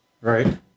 right